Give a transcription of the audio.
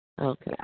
Okay